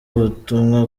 ubutumwa